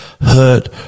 hurt